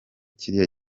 kiriya